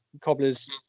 Cobblers